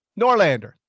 Norlander